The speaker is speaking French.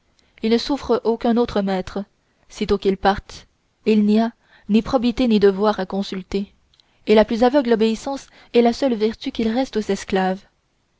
il ne souffre aucun autre maître sitôt qu'il parle il n'y a ni probité ni devoir à consulter et la plus aveugle obéissance est la seule vertu qui reste aux esclaves